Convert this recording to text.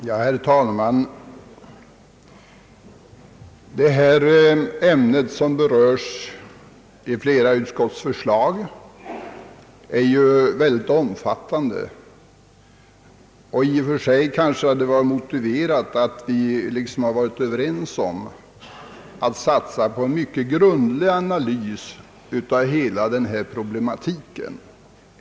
Herr talman! Det ämne som vi nu behandlar och som har tagits upp i flera utskottsutlåtanden är mycket omfattande, och i och för sig hade det kanske varit önskvärt att vi varit överens om att satsa på en mycket grundlig analys av hela problematiken kring arbetslösheten.